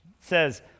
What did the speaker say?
says